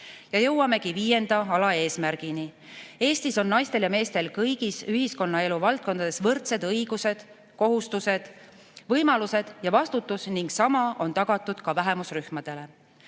Ja jõuamegi viienda alaeesmärgini. Eestis on naistel ja meestel kõigis ühiskonnaelu valdkondades võrdsed õigused, kohustused, võimalused ja vastutus ning sama on tagatud ka vähemusrühmadele.